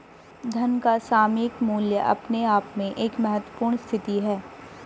धन का सामयिक मूल्य अपने आप में एक महत्वपूर्ण स्थिति है